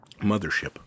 mothership